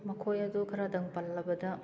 ꯃꯈꯣꯏ ꯑꯗꯨ ꯈꯔꯗꯪ ꯄꯜꯂꯕꯗ